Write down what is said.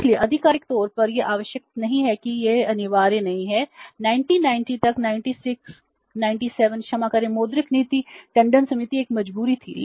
इसलिए आधिकारिक तौर पर यह आवश्यक नहीं है कि यह अनिवार्य नहीं है 1990 तक 96 97 क्षमा करें मौद्रिक नीति टंडन समिति एक मजबूरी थी